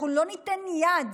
אנחנו לא ניתן יד